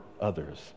others